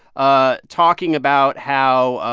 ah talking about how,